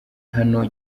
hano